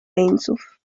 jeńców